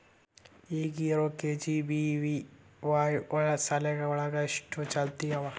ಈಗ ಇರೋ ಕೆ.ಜಿ.ಬಿ.ವಿ.ವಾಯ್ ಶಾಲೆ ಒಳಗ ಎಷ್ಟ ಚಾಲ್ತಿ ಅವ?